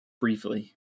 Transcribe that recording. briefly